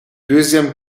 deuxième